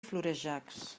florejacs